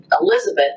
Elizabeth